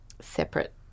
separate